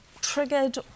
triggered